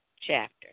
chapter